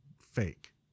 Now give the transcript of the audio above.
fake